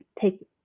take